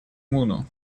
муну